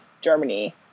Germany